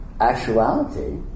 actuality